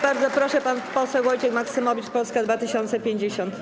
Bardzo proszę, pan poseł Wojciech Maksymowicz, Polska 2050.